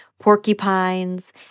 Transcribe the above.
porcupines